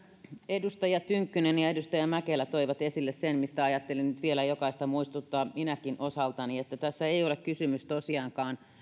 edustaja tynkkynen ja edustaja mäkelä toivat esille sen mistä ajattelin nyt vielä jokaista muistuttaa minäkin osaltani että tässä ei ole kysymys tosiaankaan